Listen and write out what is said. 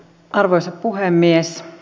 arvoisa puhemies